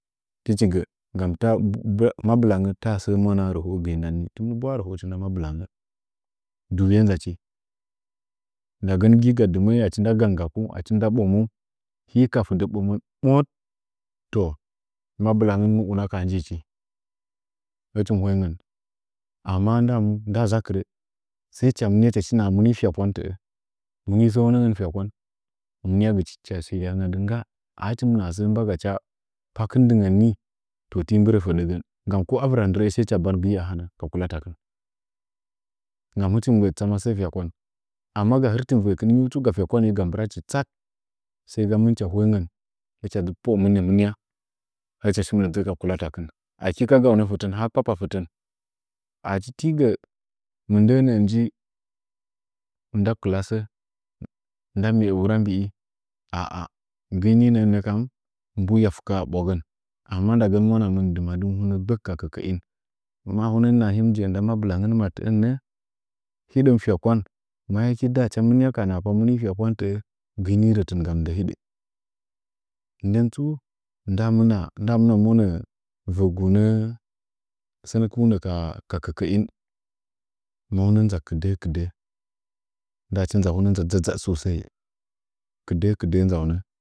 Tichi ngan mabilangən tada səə rəhojgamin ndan ni, timin ɓwala rəhodu nda mabɨtangə, mabɨlangən duwuye njichi ndagən nɨ ga dɨməəi achi nda gan ngakum achi nda ɓoməngu hɨka hɨdə mɓoməngu mbohət to mabilangən mɨ una kaha nji mɨ hoingən, amma ndaa ʒakirə sai cha monya cha shi nahan muni lyakwan tə’ə, munɨn səunəngən tyakwan mɨnyagɨchi cha shi lingapa nggaa, a hɨcha mɨnaha səə mbagacha pakin dingən ni ti mbɨrə fədəgən nggam ko a vɨra ndɨrəəi saicha ban gatəa furfoo ka kulatakin, nggam hichimɨ mgbəə dɨ tsama səə fyakwan, amma ga nggɨritɨn voikin ngyiu tsu ga tyakwan ye ga mbiradɨchi tsat saiga mɨnicha hoingən hɨch dʒɨ poto mɨnya, hicha shi poo dʒəə ka gwatakin aki kagaunə fətən ndan ha kpapa fətən achi tigɨ mɨndəə nə’ə nda kulasə nda kɨla wura mbii, a’a ndən ninəənnəkam hiya fukaaɓwagən, amma ndagən mwana mɨn dɨmadim gbək ka kəkəin, amma a hunə mɨ nahaw hunəmɨ je’e nda mabɨlangən ma tə’ən nə, hidəu fyakwan, ma yake ndaacha mɨnye ka ɗahapa mumi fyakwan lə’ə gɨi nirətinga mɨndə hɨdə, nətsu naamɨna monə rəgunə sənəkunə ka kəkəi, damuna mauna nʒa kɨdək kɨdəh ndacha huna nʒa dʒadjad susai kɨdəh kɨdə nʒaunə.